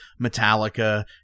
Metallica